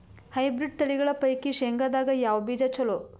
Hybrid ತಳಿಗಳ ಪೈಕಿ ಶೇಂಗದಾಗ ಯಾವ ಬೀಜ ಚಲೋ?